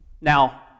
Now